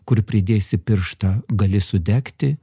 kur pridėsi pirštą gali sudegti